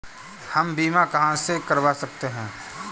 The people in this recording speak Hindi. हम बीमा कहां से करवा सकते हैं?